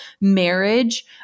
marriage